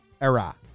era